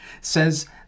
says